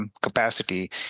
capacity